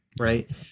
Right